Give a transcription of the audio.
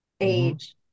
age